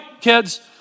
kids